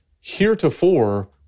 Heretofore